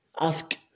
ask